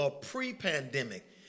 pre-pandemic